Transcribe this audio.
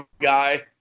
guy